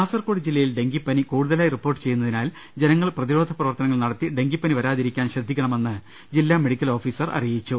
കാസർകോട് ജില്ലയിൽ ഡെങ്കിപ്പനി കൂടുതലായി റിപ്പോർട്ട് ചെയ്യുന്നതിനാൽ ജനങ്ങൾ പ്രതിരോധ പ്രവർത്തനങ്ങൾ നടത്തി ഡെങ്കിപ്പനി വരാതിരിക്കാൻ ശ്രദ്ധിക്കണമെന്ന് ജില്ലാ മെഡിക്കൽ ഓഫീസർ അറിയിച്ചു